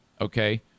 Okay